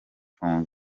from